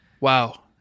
wow